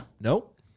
nope